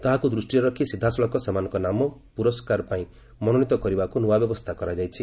ତାହାକୁ ଦୃଷ୍ଟିରେ ରଖି ସିଧାସଳଖ ସେମାନଙ୍କ ନାମ ପୁରସ୍କାର ପାଇଁ ମନୋନିତ କରିବାକୁ ନୂଆ ବ୍ୟବସ୍ଥା କରାଯାଇଛି